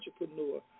entrepreneur